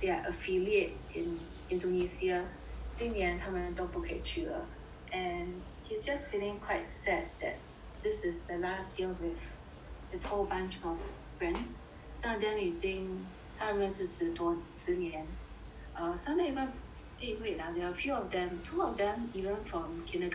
their affiliate in Indonesia 今年他们都不可以去了 and he's just feeling quite sad that this is the last year with his whole bunch of friends some of them 已经他认识十多十年 err some of them even eh wait ah there are a few of them two of them even from kindergarten time